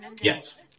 Yes